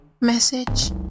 message